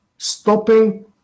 stopping